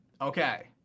Okay